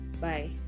Bye